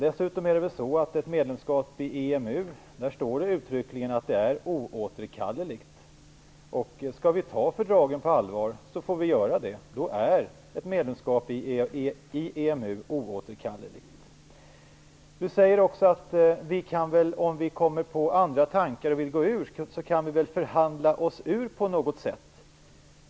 Dessutom står det uttryckligen att ett medlemskap i EMU är oåterkalleligt. Skall vi ta fördragen på allvar får vi göra det. Då är ett medlemskap i EMU oåterkalleligt. Catarina Rönnung säger också att vi väl om vi kommer på andra tankar och vill gå ur kan förhandla oss ur på något sätt.